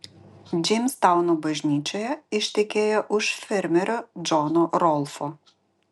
džeimstauno bažnyčioje ištekėjo už fermerio džono rolfo